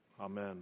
Amen